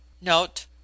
Note